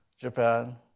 Japan